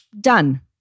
done